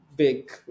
Big